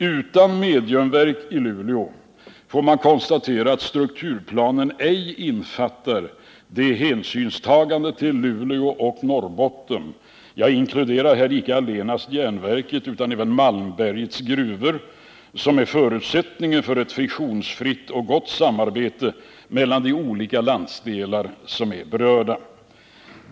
Utan mediumverk i Luleå får man konstatera att strukturplanen ej innefattar det hänsynstagande till Luleå och Norrbotten — jag inkluderar här icke allenast järnverket utan även Malmbergets gruvor — som är en förutsättning för ett friktionsfritt och gott samarbete mellan de olika landsdelar som är berörda.